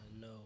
No